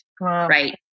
right